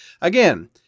Again